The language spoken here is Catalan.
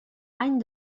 any